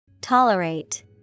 Tolerate